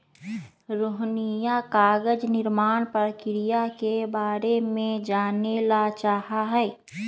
रोहिणीया कागज निर्माण प्रक्रिया के बारे में जाने ला चाहा हई